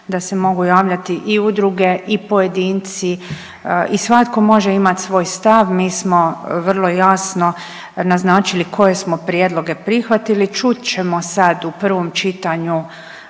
da se mogu javljati i udruge i pojedinci i svatko može imati svoj stav. Mi smo vrlo jasno naznačili koje smo prijedloge prihvatili. Čut ćemo sad u prvom čitanju,